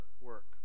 work